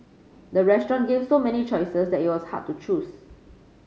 the restaurant gave so many choices that it was hard to choose